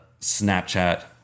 Snapchat